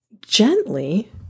gently